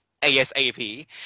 asap